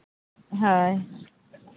ᱦᱳᱭ